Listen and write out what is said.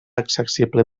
accessible